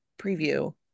Preview